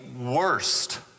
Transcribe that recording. worst